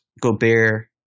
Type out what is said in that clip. Gobert